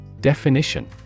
Definition